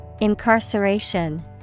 Incarceration